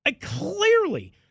Clearly